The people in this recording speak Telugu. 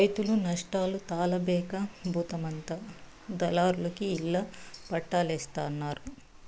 రైతులు నష్టాలు తాళలేక బూమంతా దళారులకి ఇళ్ళ పట్టాల్జేత్తన్నారు